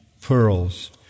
pearls